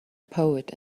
poet